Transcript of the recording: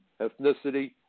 ethnicity